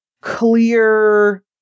clear